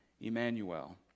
Emmanuel